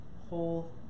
whole